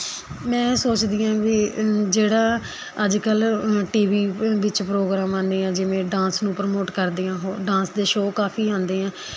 ਮੈਂ ਸੋਚਦੀ ਹਾਂ ਵੀ ਜਿਹੜਾ ਅੱਜ ਕੱਲ੍ਹ ਟੀ ਵੀ ਵਿੱਚ ਪ੍ਰੋਗਰਾਮ ਆਉਂਦੇ ਹੈ ਜਿਵੇਂ ਡਾਂਸ ਨੂੰ ਪ੍ਰਮੋਟ ਕਰਦੇ ਹੈ ਉਹ ਡਾਂਸ ਦੇ ਸ਼ੋਅ ਕਾਫ਼ੀ ਆਉਂਦੇ ਹੈ